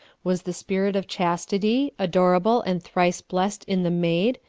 was the spirit of chastity, adorable and thrice-blessed in the maid,